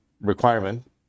requirement